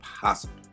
possible